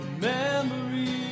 Memories